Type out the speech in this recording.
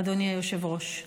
אדוני היושב-ראש.